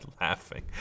laughing